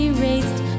erased